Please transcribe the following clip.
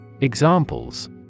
Examples